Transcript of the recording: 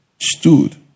stood